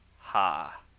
ha